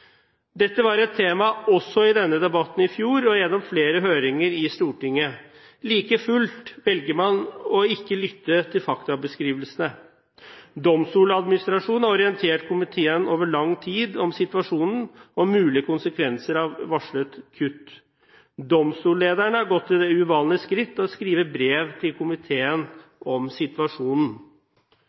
Dette var et tema også i denne debatten i fjor og gjennom flere høringer i Stortinget. Like fullt velger man ikke å lytte til faktabeskrivelsene. Domstoladministrasjonen har over lang tid orientert komiteen om situasjonen og om mulige konsekvenser av varslede kutt. Domstollederne har gått til det uvanlige skritt å skrive brev til komiteen om situasjonen.